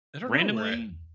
randomly